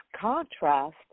contrast